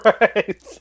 Right